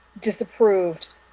Disapproved